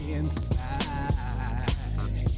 inside